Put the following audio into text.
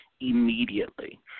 immediately